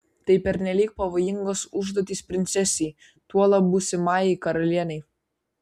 tai pernelyg pavojingos užduotys princesei tuolab būsimajai karalienei